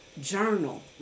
journal